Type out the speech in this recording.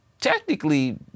technically